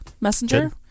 Messenger